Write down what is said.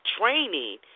training